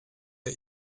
der